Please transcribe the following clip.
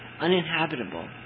uninhabitable